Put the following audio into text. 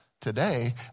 Today